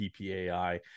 PPAI